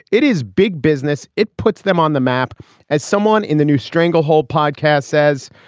it is big business. it puts them on the map as someone in the new stranglehold podcast says.